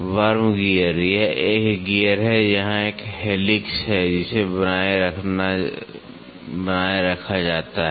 worm gear यह एक gear है और यहां एक हेलिक्स है जिसे बनाए रखा जाता है